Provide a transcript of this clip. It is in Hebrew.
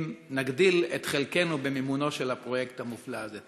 אם נגדיל את חלקנו במימונו של הפרויקט המופלא הזה.